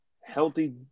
healthy